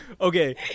Okay